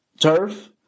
Turf